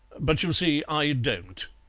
but you see i don't,